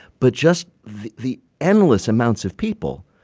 but just the endless amounts of people.